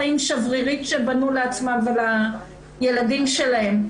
חיים שברירית שהתחילו לבנות לעצמן ולילדים שלהן.